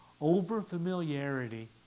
Over-familiarity